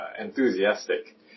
enthusiastic